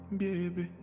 baby